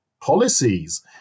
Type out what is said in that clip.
policies